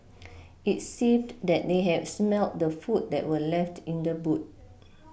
it seemed that they had smelt the food that were left in the boot